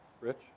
Rich